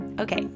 okay